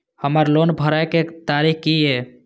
हमर लोन भरए के तारीख की ये?